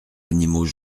animaux